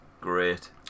Great